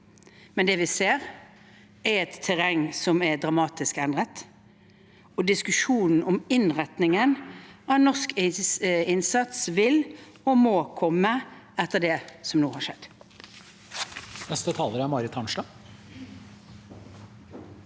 men det vi ser, er et terreng som er dramatisk endret, og diskusjonen om innretningen av norsk innsats vil og må komme etter det som nå har skjedd.